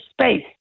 space